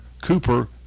Cooper